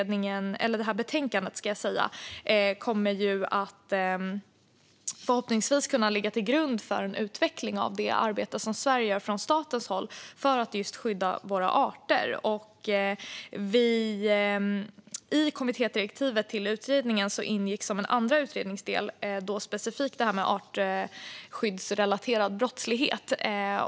Detta betänkande kommer förhoppningsvis att kunna ligga till grund för en utveckling av det arbete som Sverige gör från statens håll för att just skydda våra arter. I kommittédirektivet till utredningen ingick som en andra utredningsdel specifikt detta med artskyddsrelaterad brottslighet.